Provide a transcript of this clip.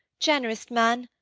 generous man!